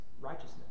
righteousness